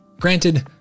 Granted